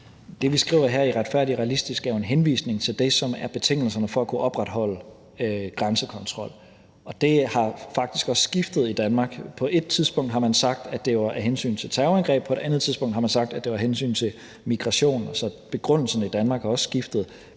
Det, vi skriver her i »Retfærdig og realistisk«, er jo en henvisning til det, som er betingelserne for at kunne opretholde grænsekontrol, og det har faktisk også skiftet i Danmark. På ét tidspunkt har man sagt, at det var af hensyn til terrorangreb, og på et andet tidspunkt har man sagt, at det var af hensyn til migration. Altså, begrundelsen i Danmark har også skiftet.